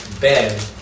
bed